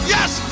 Yes